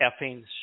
effing